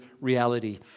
reality